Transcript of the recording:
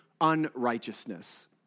unrighteousness